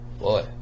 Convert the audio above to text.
Boy